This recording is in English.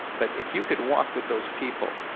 but if you could walk with those people,